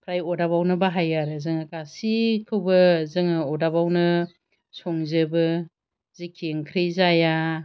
फ्राय अरदाबावनो बाहायो आरो जोङो गासैखौबो जोङो अरदाबावनो संजोबो जिखि ओँख्रि जाया